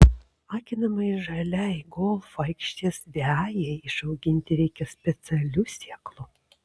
akinamai žaliai golfo aikštės vejai išauginti reikia specialių sėklų